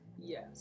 Yes